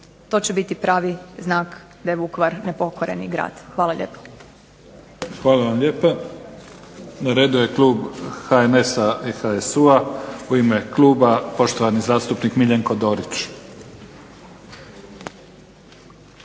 To će biti pravi znak da je Vukovar Nepokoreni grad. Hvala lijepo. **Mimica, Neven (SDP)** Hvala vam lijepa. Na redu je klub HNS-a i HSU-a, u ime kluba poštovani zastupnik Miljenko Dorić.